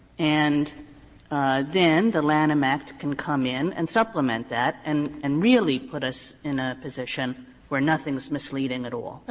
and then the lanham act can come in and supplement that and and really put us in a position where nothing is misleading at all.